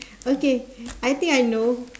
okay I think I know